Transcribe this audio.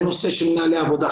בנושא של מנהלי עבודה,